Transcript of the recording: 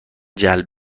جلب